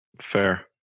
Fair